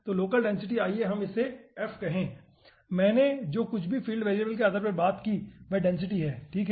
तो local density आइए हम इसे f कहें मैंने जो कुछ भी फील्ड वेरिएबल के बारे में बात की है वह डेंसिटी है ठीक है